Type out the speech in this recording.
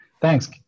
Thanks